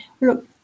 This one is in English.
look